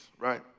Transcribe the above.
right